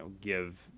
give